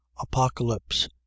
apocalypse